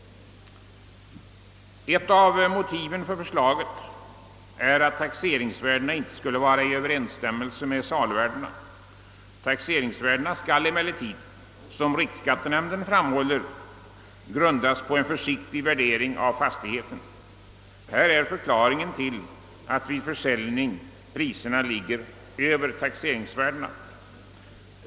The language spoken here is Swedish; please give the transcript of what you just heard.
Ett av motiven till förslaget är att taxeringsvärdena inte skulle stå i överensstämmelse med saluvärdena. Taxeringsvärdena skall, som riksskattenämn den framhåller, grundas på en försiktig värdering av fastigheterna. Häri ligger förklaringen till att vid försäljning priserna ligger över taxeringsvärdena.